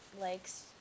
likes